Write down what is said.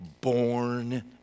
born